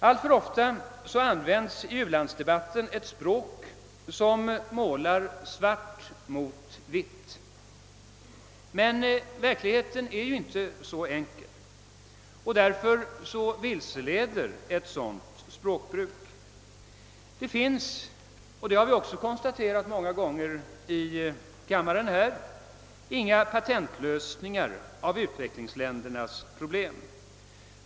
Alltför ofta används i u-landsdebatten ett språk som målar svart mot vitt. Verkligheten är inte så enkel. Därför vilseleder ett sådant språkbruk. Det finns — vilket vi ofta konstaterat här i kammaren — inga patentlösningar av u-ländernas problem.